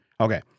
Okay